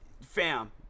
fam